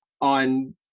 On